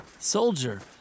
Soldier